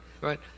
right